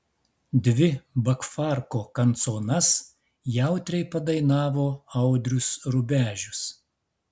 dvi bakfarko kanconas jautriai padainavo audrius rubežius